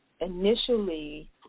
initially